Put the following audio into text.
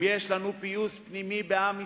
אם יש לנו פיוס פנימי בעם ישראל,